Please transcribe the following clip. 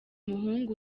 muhungu